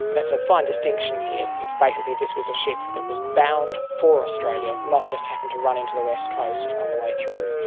that's a fine distinction here, it's basically this was a ship that was bound for australia, not just happened to run into the west coast on the way through.